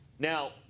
Now